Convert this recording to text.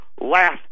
last